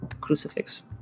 crucifix